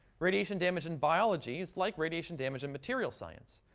radiation damage in biology is like radiation damage in material science.